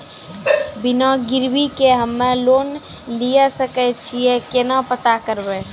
बिना गिरवी के हम्मय लोन लिये सके छियै केना पता करबै?